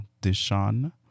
Dishon